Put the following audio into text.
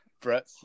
Brett